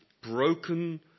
broken